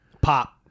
pop